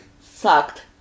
sucked